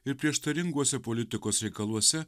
ir prieštaringuose politikos reikaluose